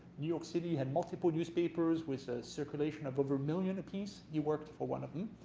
new york city had multiple newspapers with a circulation of over a million apiece. he worked for one of them.